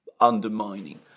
undermining